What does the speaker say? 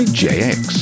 jx